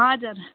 हजुर